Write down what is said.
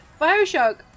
Bioshock